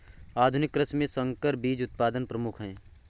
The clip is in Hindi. आधुनिक कृषि में संकर बीज उत्पादन प्रमुख है